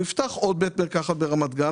הוא יפתח עוד בית מרקחת ברמת גן,